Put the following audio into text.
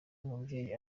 umubyeyi